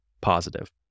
positive